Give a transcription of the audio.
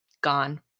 gone